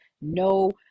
no